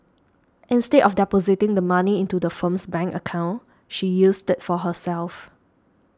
instead of depositing the money into the firm's bank account she used it for herself